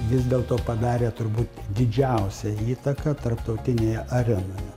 vis dėlto padarė turbūt didžiausią įtaką tarptautinėje arenoje